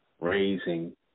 raising